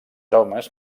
homes